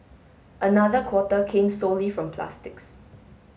another quarter came solely from plastics